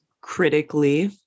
critically